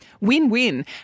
Win-win